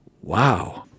Wow